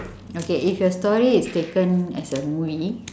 okay if your story is taken as a movie